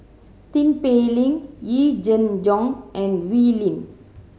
Tin Pei Ling Yee Jenn Jong and Wee Lin